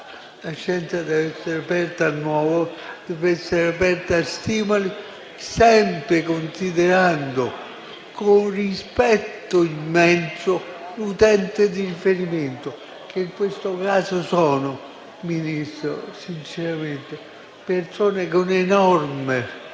al nuovo, deve essere aperta a stimoli, sempre considerando con rispetto immenso l'utente di riferimento, che in questo caso sono, Ministro, sinceramente, persone con enormi difficoltà